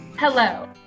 Hello